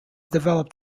developed